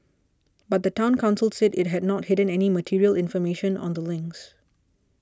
but the Town Council said it had not hidden any material information on the links